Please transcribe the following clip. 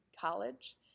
college